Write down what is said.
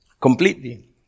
completely